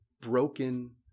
broken